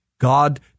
God